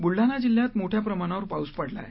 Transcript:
ब्लडाणा जिल्ह्यात मोठ्या प्रमाणावर पाऊस पडला आहे